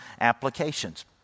applications